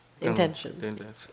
intention